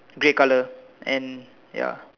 grey colour and ya